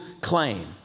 claim